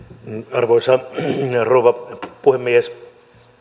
arvoisa rouva puhemies